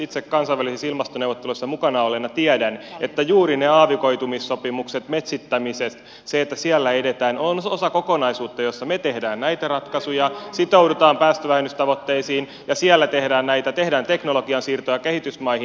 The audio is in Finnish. itse kansainvälisissä ilmastoneuvotteluissa mukana olleena tiedän että juuri ne aavikoitumissopimukset metsittämiset se että siellä edetään ovat osa kokonaisuutta jossa me teemme näitä ratkaisuja sitoudumme päästövähennystavoitteisiin ja siellä tehdään näitä tehdään teknologian siirtoja kehitysmaihin